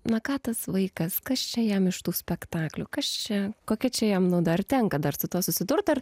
na ką tas vaikas kas čia jam iš tų spektaklių kas čia kokia čia jam nu dar tenka dar su tuo susidurt ar